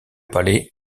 palais